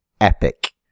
epic